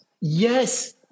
Yes